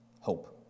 Hope